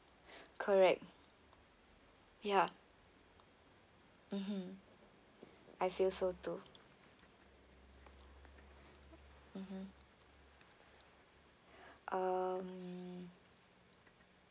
correct ya mmhmm I feel so too mmhmm um